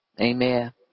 Amen